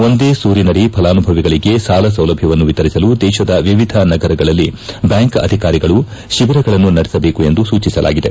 ಒಂದೇ ಸೂರಿನಡಿ ಫಲಾನುಭವಿಗಳಿಗೆ ಸಾಲಸೌಲಭ್ಯವನ್ನು ವಿತರಿಸಲು ದೇಶದ ಎವಿಧ ನಗರಗಳಲ್ಲಿ ಬ್ಲಾಂಕ್ ಅಧಿಕಾರಿಗಳು ಶಿಬಿರಗಳನ್ನು ನಡೆಸಬೇಕೆಂದು ಸೂಚಿಸಲಾಗಿದೆ